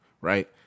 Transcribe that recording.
right